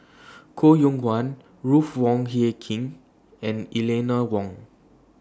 Koh Yong Guan Ruth Wong Hie King and Eleanor Wong